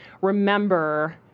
remember